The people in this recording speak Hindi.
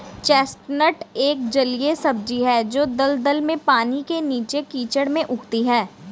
चेस्टनट एक जलीय सब्जी है जो दलदल में, पानी के नीचे, कीचड़ में उगती है